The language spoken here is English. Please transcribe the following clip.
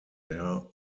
there